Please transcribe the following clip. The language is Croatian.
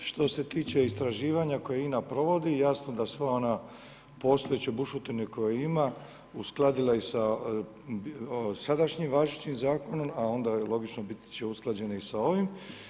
Hvala što se tiče istraživanja koje INA provodi, jasno da sva ona postojeća bušotine koje ima, uskladila i sa sadašnjem važećim zakonom, a onda logično, biti će usklađeno i sa ovim.